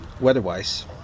weather-wise